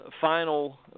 final